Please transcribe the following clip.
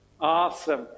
Awesome